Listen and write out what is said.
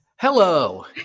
Hello